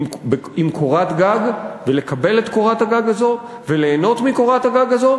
תחת קורת גג ולקבל את קורת הגג הזאת וליהנות מקורת הגג הזאת,